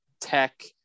tech